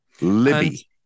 Libby